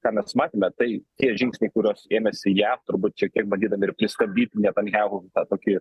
ką mes matėme tai tie žingsniai kuriuos ėmėsi jav turbūt šiek tiek badydami ir pristabdyti netanyahu tokį